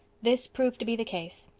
this proved to be the case.